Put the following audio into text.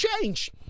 change